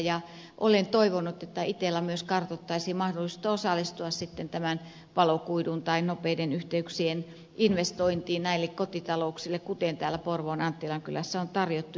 ja olen toivonut että itella myös kartoittaisi mahdollisuutta osallistua tämän valokuidun nopeiden yhteyksien investointiin näille kotitalouksille kuten täällä porvoon anttilan kylässä niitä on tarjottu